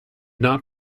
not